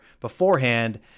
beforehand